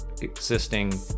existing